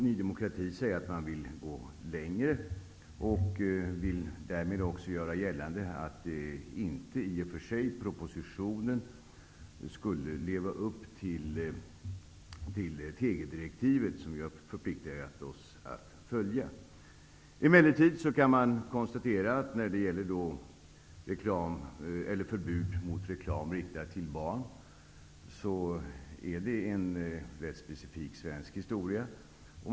Ny demokrati säger att man vill gå längre och vill därmed också göra gällande att propositionen inte skulle leva upp till TV direktivet, som vi har förpliktigat oss att följa. Emellertid kan man konstatera att förbudet mot reklam riktad till barn är en specifik svensk historia.